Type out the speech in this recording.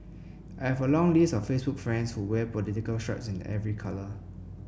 I have a long list of Facebook friends who wear political stripes in every colour